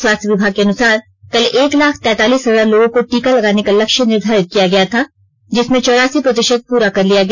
स्वास्थ्य विभाग के अनुसार कल एक लाख तैंतालीस हजार लोगों को टीका लगाने का लक्ष्य निर्धारित किया गया था जिसमें चौरासी प्रतिशत पूरा कर लिया गया